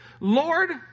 lord